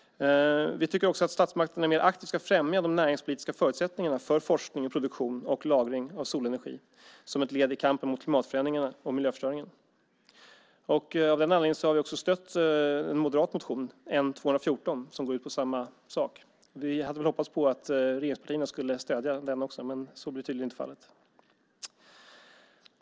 Vi tycker också att statsmakterna mer aktivt ska främja de näringspolitiska förutsättningarna för forskning, produktion och lagring av solenergi som ett led i kampen mot klimatförändringarna och miljöförstöringen. Av den anledningen har vi också stött en moderat motion, N214, som går ut på samma sak. Vi hade hoppats på att regeringspartierna skulle stödja den också, men så blev tydligen inte fallet.